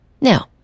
Now